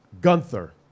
Gunther